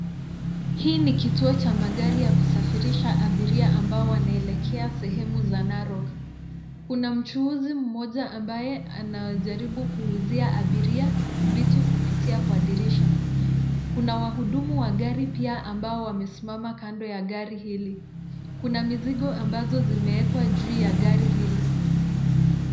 Hii ni kituo cha magari ya kusafirisha abiria ambao wanaelekea sehemu za Narok. Kuna mchuuzi mmoja ambaye anajaribu kuuzia abiria, vitu kupitia kwa dirisha. Kuna wahudumu wa gari pia ambao wamesimama kando ya gari hili. Kuna mizigo ambazo zimekwa juu ya gari hili.